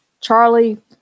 Charlie